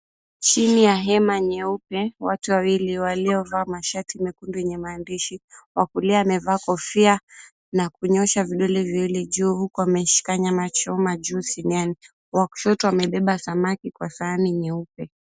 Chini ya hema nyeupe, watu wawili waliovalia mashati mekundu yenye maandishi. Wa kulia amevaa kofia na kunyosha vidole juu huku ameshika nyama choma juu siniani. Wa kushoto wamebeba samaki kwa sahani nyeupe.